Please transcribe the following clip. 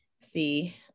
see